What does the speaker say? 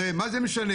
הרי מה זה משנה?